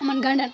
یِمَن گَنٛڈَن